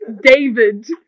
David